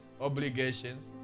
obligations